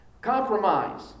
Compromise